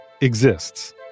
exists